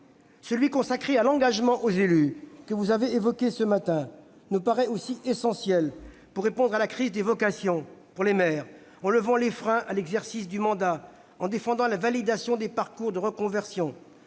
de loi consacré à l'engagement des élus, que vous avez évoqué ce matin, nous paraît aussi essentiel pour répondre à la crise des vocations de maire, en levant les freins à l'exercice du mandat, en défendant la validation des parcours et la reconversion.